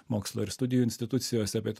mokslo ir studijų institucijose bet